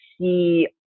see